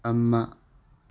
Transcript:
ꯑꯃ